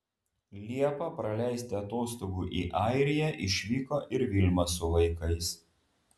liepą praleisti atostogų į airiją išvyko ir vilma su vaikais